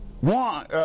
one